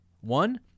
One